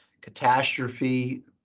catastrophe